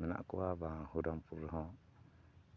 ᱢᱮᱱᱟᱜ ᱠᱚᱣᱟ ᱵᱟᱝ ᱦᱚᱨᱤᱨᱟᱢᱯᱩᱨ ᱨᱮᱦᱚᱸ